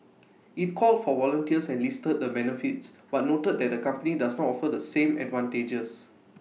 IT called for volunteers and listed the benefits but noted that the company does not offer the same advantages